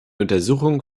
untersuchung